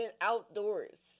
outdoors